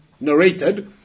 narrated